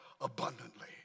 abundantly